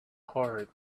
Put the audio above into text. heart